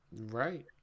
Right